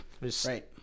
right